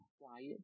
Quiet